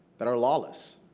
that are lawless,